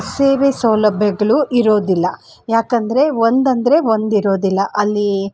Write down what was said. ಸೇವೆ ಸೌಲಭ್ಯಗಳು ಇರೋದಿಲ್ಲ ಏಕೆಂದ್ರೆ ಒಂದಂದರೆ ಒಂದಿರೋದಿಲ್ಲ ಅಲ್ಲಿ